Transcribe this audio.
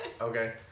Okay